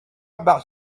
about